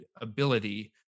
ability